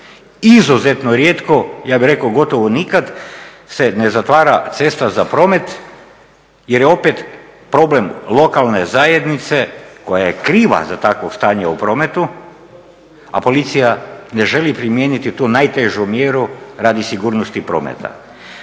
izuzetno rijetko, ja bih rekao gotovo nikad se ne zatvara cesta za promet jer je opet problem lokalne zajednice koja je kriva za takvo stanje u prometu, a policija ne želi primijeniti tu najtežu mjeru radi sigurnosti prometa,